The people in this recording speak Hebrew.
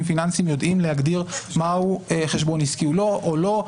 פיננסיים יודעים להגדיר מהו חשבון עסקי או לא.